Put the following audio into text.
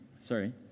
sorry